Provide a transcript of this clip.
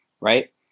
right